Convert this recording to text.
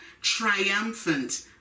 triumphant